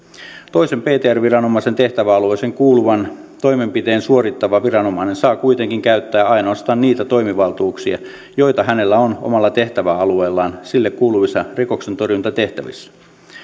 toisen ptr viranomaisen tehtäväalueeseen kuuluvan toimenpiteen suorittava viranomainen saa kuitenkin käyttää ainoastaan niitä toimivaltuuksia joita sillä on omalla tehtäväalueellaan sille kuuluvissa rikoksentorjuntatehtävissä